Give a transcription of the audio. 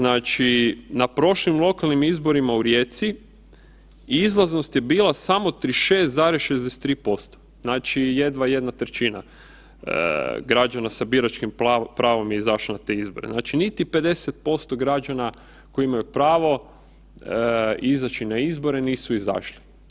Na prošlim lokalnim izborima u Rijeci izlaznost je bila samo 36,63%, znači jedva jedna trećina građana sa biračkim pravom je izašla na te izbore, znači niti 50% građana koji imaju pravo izaći na izbore nisu izašli.